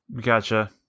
Gotcha